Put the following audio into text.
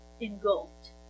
engulfed